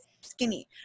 skinny